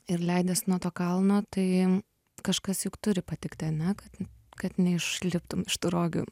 ir leidies nuo to kalno tai kažkas juk turi patikti ane kad kad neišliptum iš tų rogių